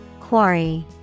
Quarry